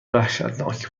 وحشتناک